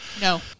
No